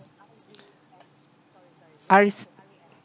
R_Es